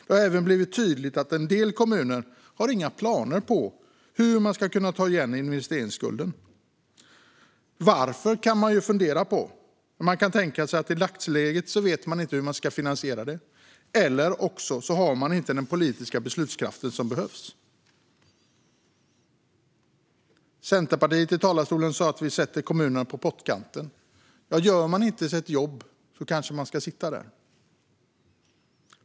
Det har även blivit tydligt att en del kommuner inte har några planer för hur man ska kunna ta igen investeringsskulden. Man kan fundera på varför, men man kan tänka sig att de i dagsläget inte vet hur de ska finansiera detta, eller också har de inte den politiska beslutskraft som behövs. Centerpartiet sa i talarstolen att vi sätter kommunerna på pottkanten. Ja, gör man inte sitt jobb kanske man ska sitta där.